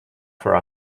for